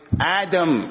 Adam